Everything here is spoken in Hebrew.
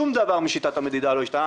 שום דבר משיטת המדידה לא השתנה.